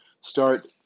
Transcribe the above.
Start